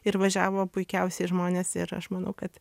ir važiavo puikiausiai žmonės ir aš manau kad